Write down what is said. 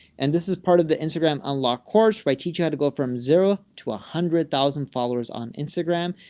and this is part of the instagram unlock course where i teach you how to go from zero to one hundred thousand followers on instagram.